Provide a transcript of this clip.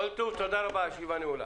תודה רבה, כל טוב, הישיבה נעולה.